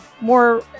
more